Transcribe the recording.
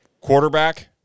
quarterback